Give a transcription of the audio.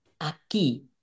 Aquí